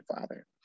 Father